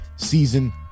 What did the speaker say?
season